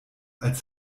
als